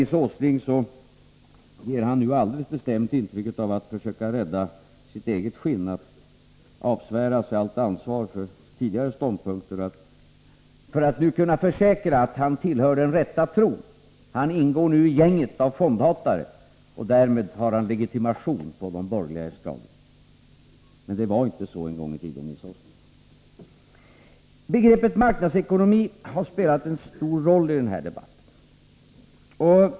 Nils Åsling ger alldeles bestämt intryck av att försöka rädda sitt eget skinn, att avsvära sig allt ansvar för tidigare ståndpunkter, för att nu kunna försäkra att han har den rätta tron. Han ingår nu i gänget av fondhatare, och därmed har han legitimation på de borgerliga estraderna. Men det var inte så en gång i tiden, Nils Åsling. Begreppet marknadsekonomi har spelat en stor rolli den här debatten.